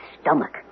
stomach